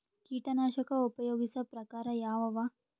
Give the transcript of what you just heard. ಕೀಟನಾಶಕ ಉಪಯೋಗಿಸೊ ಪ್ರಕಾರ ಯಾವ ಅವ?